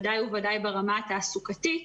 בוודאי ובוודאי ברמה התעסוקתית,